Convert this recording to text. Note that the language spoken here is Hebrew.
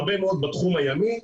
הרבה מאוד בתחום הימי,